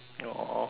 !aww!